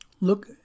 look